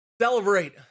Celebrate